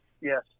Yes